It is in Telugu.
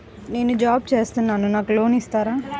నేను జాబ్ చేస్తున్నాను నాకు లోన్ ఇస్తారా?